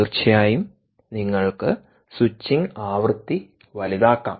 തീർച്ചയായും നിങ്ങൾക്ക് സ്വിച്ചിംഗ് ആവൃത്തി വലുതാക്കാം